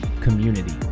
community